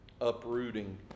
uprooting